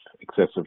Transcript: excessive